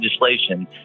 legislation